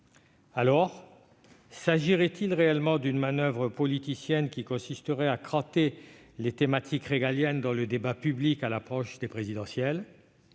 débat. S'agit-il réellement d'une manoeuvre politicienne consistant à cranter les thématiques régaliennes dans le débat public à l'approche de l'élection présidentielle ?